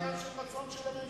זה רק עניין של רצון של הממשלה.